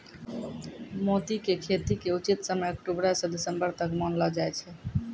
मोती के खेती के उचित समय अक्टुबरो स दिसम्बर तक मानलो जाय छै